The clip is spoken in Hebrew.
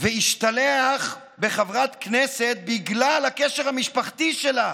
והשתלח בחברת כנסת בגלל הקשר המשפחתי שלה.